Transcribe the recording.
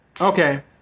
Okay